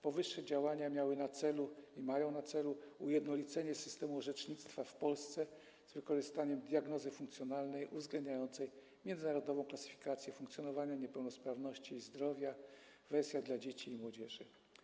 Powyższe działania miały na celu i mają na celu ujednolicenie systemu orzecznictwa w Polsce z wykorzystaniem diagnozy funkcjonalnej uwzględniającej Międzynarodową Klasyfikację Funkcjonowania, Niepełnosprawności i Zdrowia - wersja dla dzieci i młodzieży.